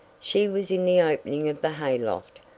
she was in the opening of the hay loft,